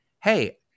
hey